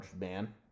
man